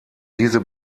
diese